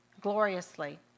gloriously